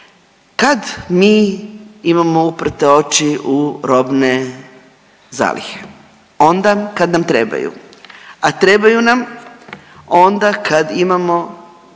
Kad mi imamo uprte oči u robne zalihe, onda kad nam trebaju, a trebaju nam onda kad imamo